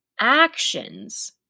actions